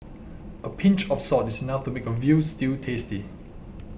a pinch of salt is enough to make a Veal Stew tasty